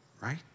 right